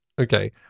Okay